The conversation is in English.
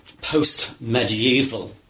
post-medieval